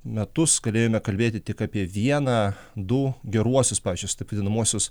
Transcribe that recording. metus galėjome kalbėti tik apie vieną du geruosius pavyzdžius taip vadinamuosius